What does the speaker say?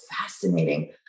fascinating